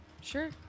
sure